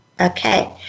Okay